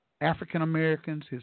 African-Americans